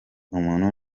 umuntu